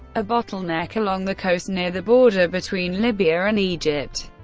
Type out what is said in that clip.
a bottleneck along the coast near the border between libya and egypt.